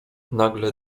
nagle